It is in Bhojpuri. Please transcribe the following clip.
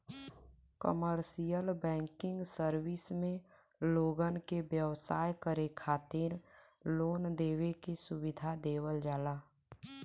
कमर्सियल बैकिंग सर्विस में लोगन के व्यवसाय करे खातिर लोन देवे के सुविधा देवल जाला